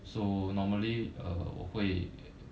so normally uh 我会